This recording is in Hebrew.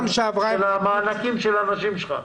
של המענקים של האנשים שלך.